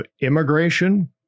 immigration